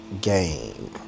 game